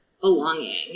belonging